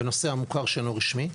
בנושא המוכר שאינו רשמי,